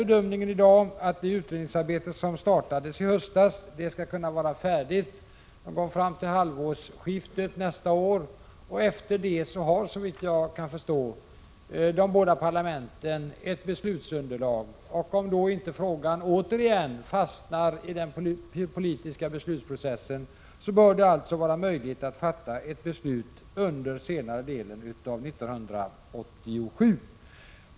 Bedömningen i dag är att det utredningsarbete som startade i höstas skall kunna vara färdigt någon gång vid halvårsskiftet nästa år. Därefter har, såvitt jag kan förstå, de båda parlamenten ett beslutsunderlag. Om frågan inte återigen fastnar i den politiska beslutsprocessen bör det alltså vara möjligt att fatta ett beslut under senare delen av 1987.